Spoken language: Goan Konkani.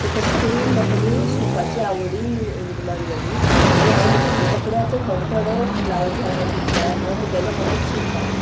सो तशें करून म्हाका ती शिंवपाची आवडूय निर्माण जाली आनी हांव मगेलें कपडे आतां थोडे थोडे ब्लावजां चुडिदार हांव म्हगेलें हांवूच शिवतां